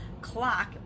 clock